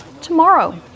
tomorrow